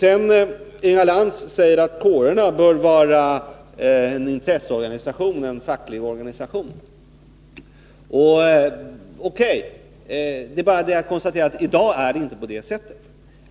Inga Lantz säger att kårerna bör vara intresseorganisationer, fackliga organisationer. O. K., det är bara att konstatera att det i dag inte är på det sättet.